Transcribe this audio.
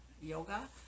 Yoga